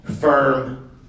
firm